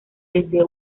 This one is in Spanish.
desde